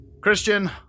Christian